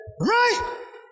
Right